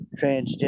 transgender